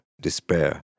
despair